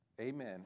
Amen